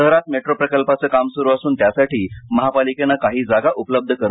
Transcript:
शहरात मेट्रो प्रकल्पाचे काम सुरू असून त्यासाठी महापालिकेने काही जागा उपलब्ध करून दिल्या आहेत